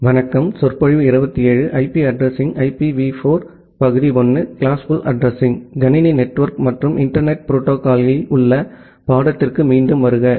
computer network மற்றும் internet புரோட்டோகால்களில் உள்ள பாடத்திற்கு மீண்டும் வரவேர்கிறேன்